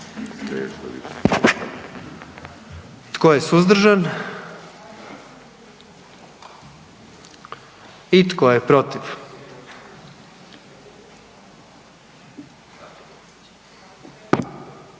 Tko je suzdržan? I tko je protiv?